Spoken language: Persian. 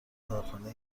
کارخانه